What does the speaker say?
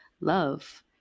love